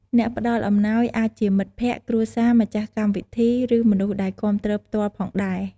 អ្នកផ្តល់អំណោយអាចជាមិត្តភក្ដិ គ្រួសារ ម្ចាស់កម្មវិធី ឬមនុស្សដែលគាំទ្រផ្ទាល់ផងដែរ។